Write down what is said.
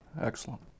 Excellent